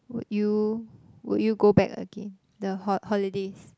would you would you go back again the uh holidays